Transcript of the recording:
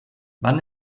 wann